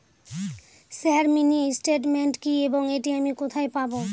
Sir mini statement কি এবং এটি আমি কোথায় পাবো?